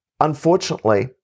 Unfortunately